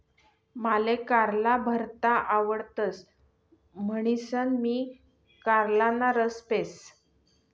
माले कारला भरता आवडतस म्हणीसन मी कारलाना रस पेस